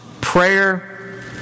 prayer